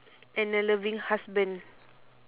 and a loving husband